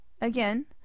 Again